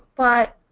but,